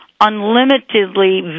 unlimitedly